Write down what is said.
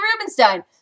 Rubenstein